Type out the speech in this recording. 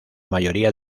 mayoría